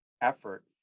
effort